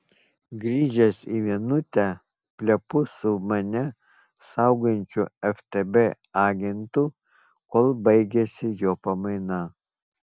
grįžęs į vienutę plepu su mane saugančiu ftb agentu kol baigiasi jo pamaina